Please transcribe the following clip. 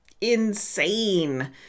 insane